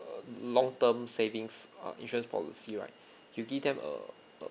long term savings uh insurance policy right you give them a a